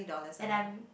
and I'm